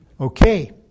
Okay